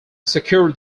secured